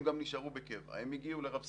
הם גם נשארו בקבע, הם הגיעו לרב סרן,